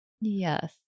Yes